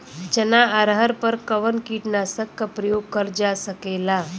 चना अरहर पर कवन कीटनाशक क प्रयोग कर जा सकेला?